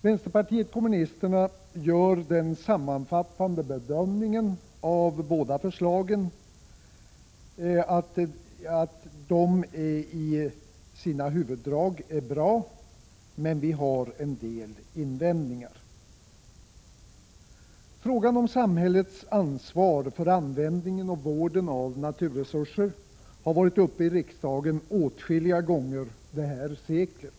Vänsterpartiet kommunisterna gör den sammanfattande bedömningen att båda förslagen i sina huvuddrag är bra, men vi har en del invändningar. Frågan om samhällets ansvar för användningen och vården av naturresur 129 Prot. 1986/87:36 — ser har varit uppe i riksdagen åtskilliga gånger under det här seklet.